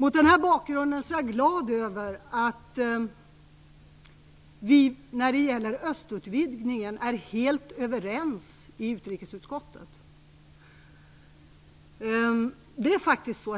Mot den här bakgrunden är jag glad över att vi när det gäller östutvidgningen är helt överens i utrikesutskottet.